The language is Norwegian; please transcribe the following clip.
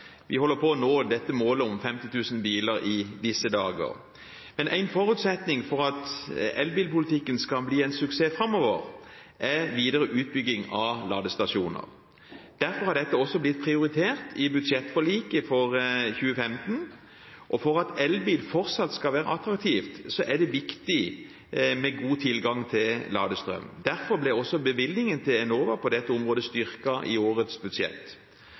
vi holder på å nå målet om 50 000 biler i disse dager. Men en forutsetning for at elbilpolitikken skal bli en suksess framover, er videre utbygging av ladestasjoner. Derfor har dette også blitt prioritert i budsjettforliket for 2015. For at elbil fortsatt skal være attraktivt, er det viktig med god tilgang til ladestrøm. Derfor ble også bevilgningen til Enova på dette området styrket i årets budsjett.